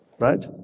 Right